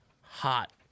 hot